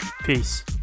Peace